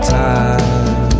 time